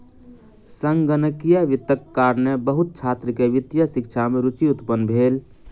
संगणकीय वित्तक कारणेँ बहुत छात्र के वित्तीय शिक्षा में रूचि उत्पन्न भेल